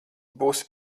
būsi